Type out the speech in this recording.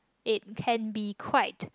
it can be quite